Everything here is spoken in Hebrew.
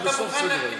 לפי הדוח,